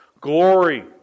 Glory